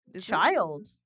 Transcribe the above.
child